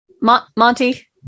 Monty